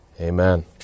Amen